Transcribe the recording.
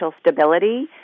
stability